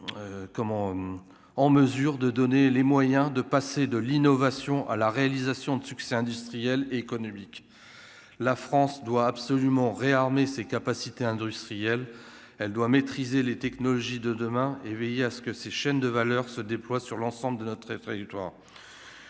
en mesure de donner les moyens de passer de l'innovation à la réalisation de succès industriel, économique, la France doit absolument réarmer ses capacités industrielles, elle doit maîtriser les technologies de demain, et veiller à ce que ces chaînes de valeur se déploie sur l'ensemble de notre du toi,